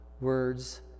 words